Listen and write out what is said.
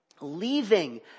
Leaving